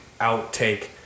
outtake